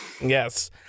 Yes